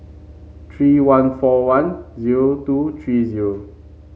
three one four one zero two three zero